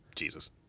Jesus